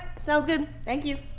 sounds good, thank you!